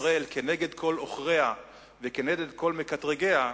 ישראל נגד כל עוכריה ונגד כל מקטרגיה,